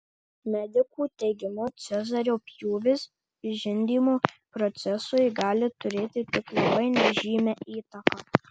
medikų teigimu cezario pjūvis žindymo procesui gali turėti tik labai nežymią įtaką